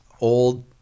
old